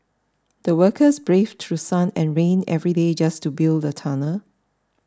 the workers braved through sun and rain every day just to build the tunnel